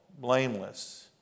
blameless